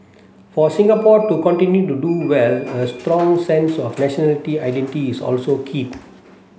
for Singapore to continue to do well a strong sense of nationality identity is also key